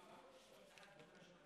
שלוש דקות, אדוני.